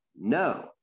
No